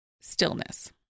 stillness